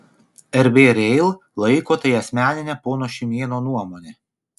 rb rail laiko tai asmenine pono šimėno nuomone